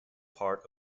part